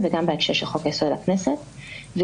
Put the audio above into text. חבר הכנסת גלעד קריב,